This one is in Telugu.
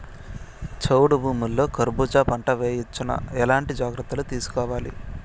చౌడు భూముల్లో కర్బూజ పంట వేయవచ్చు నా? ఎట్లాంటి జాగ్రత్తలు తీసుకోవాలి?